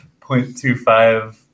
0.25